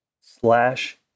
slash